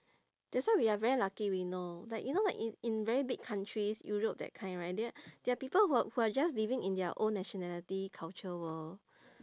that's why we are very lucky we know like you know like in in very big countries europe that kind right there are there are people who are who are just living in their own nationality culture world